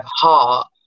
heart